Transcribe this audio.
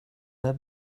there